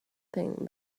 thing